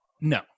no